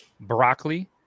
Broccoli